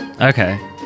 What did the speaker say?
Okay